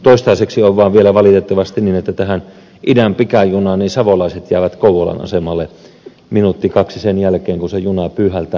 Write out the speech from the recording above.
toistaiseksi on vaan vielä valitettavasti niin että tähän idän pikajunaan aikovat savolaiset jäävät kouvolan asemalle minuutti kaksi sen jälkeen kun se juna pyyhältää